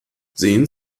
sehen